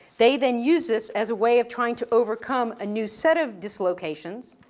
they then used this as a way of trying to overcome a new set of dislocations,